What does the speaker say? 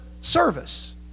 service